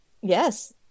Yes